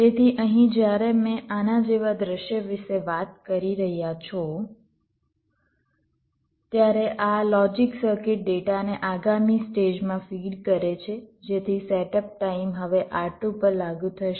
તેથી અહીં જ્યારે તમે આના જેવા દૃશ્ય વિશે વાત કરી રહ્યાં છો ત્યારે આ લોજિક સર્કિટ ડેટાને આગામી સ્ટેજમાં ફીડ કરે છે જેથી સેટઅપ ટાઇમ હવે R2 પર લાગુ થશે